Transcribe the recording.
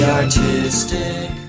artistic